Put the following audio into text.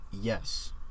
yes